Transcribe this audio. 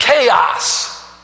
Chaos